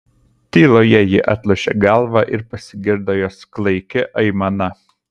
tyloje ji atlošė galvą ir pasigirdo jos klaiki aimana